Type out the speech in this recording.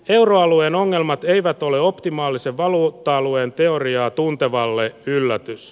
euroalueen ongelmat eivät ole optimaalisen valuutta alueen teoriaa tuntevalle yllätys